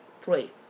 pray